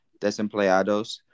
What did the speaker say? desempleados